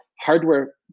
hardware